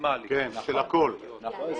המקסימלי של הכול.